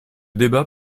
débat